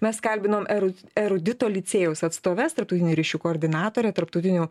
mes kalbinom er erudito licėjaus atstoves tarptautinių ryšių koordinatorę tarptautinių